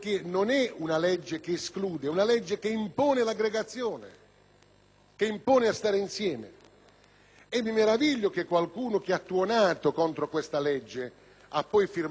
Mi meraviglio che qualcuno che ha tuonato contro di essa ha poi firmato il *referendum* sulla legge elettorale italiana proposta dal senatore Ceccanti.